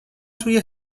توی